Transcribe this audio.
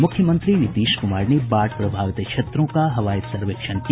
मुख्यमंत्री नीतीश कुमार ने बाढ़ प्रभावित क्षेत्रों का हवाई सर्वेक्षण किया